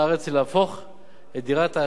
את דירת ההשקעה לדירת מגוריו בישראל.